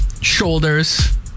shoulders